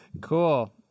cool